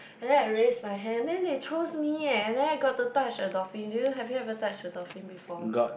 and then I raised my hand then they chose me eh then I got to touch the dolphin do you have you ever touch a dolphin before